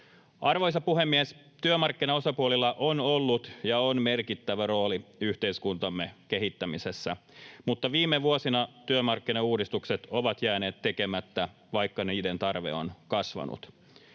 Arvoisa puhemies! Työmarkkinaosapuolilla on ollut ja on merkittävä rooli yhteiskuntamme kehittämisessä, mutta viime vuosina työmarkkinauudistukset ovat jääneet tekemättä, vaikka niiden tarve on kasvanut.